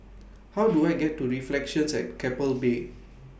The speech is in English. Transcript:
How Do I get to Reflections At Keppel Bay